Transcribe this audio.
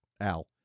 Al